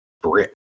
brick